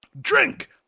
Drink